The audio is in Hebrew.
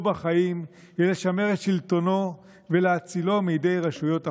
בחיים הם לשמר את שלטונו ולהצילו מידי רשויות החוק.